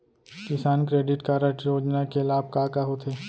किसान credit card योजना के लाभ का का होथे?